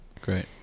Great